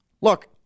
Look